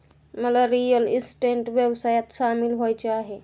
मला real estate व्यवसायात सामील व्हायचे आहे